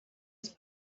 his